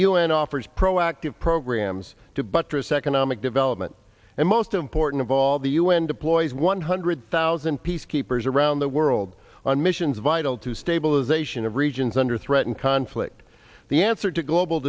n offers proactive programs to buttress economic development and most important of all the u n deploys one hundred thousand peacekeepers around the world on missions vital to stabilization of regions under threat and conflict the answer to global